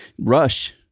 Rush